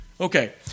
Okay